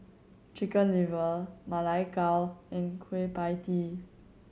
Chicken Liver Ma Lai Gao and Kueh Pie Tee